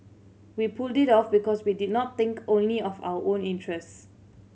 we pulled it off because we did not think only of our own interests